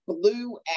blue